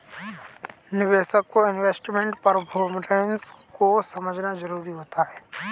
निवेशक को investment performance को समझना जरुरी होता है